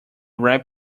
ripe